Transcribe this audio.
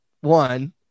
one